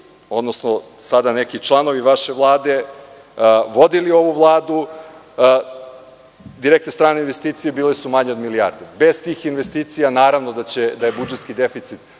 odnosno sada neki članovi vaše Vlade vodili ovu Vladu, direktne strane investicije bile su manje od milijardu. Bez tih investicija naravno da je budžetski deficit